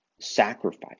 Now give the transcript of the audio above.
sacrifice